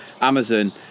amazon